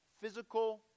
physical